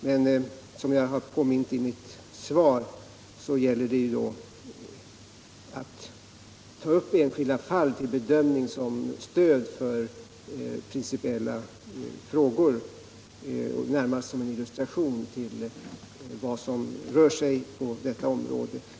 Men som jag Om behovet av har påmint om i mitt svar gäller det då att ta upp enskilda fall till bekontroll över dömning som stöd för principiella krav, närmast som en illustration till internationella vad som rör sig på detta område.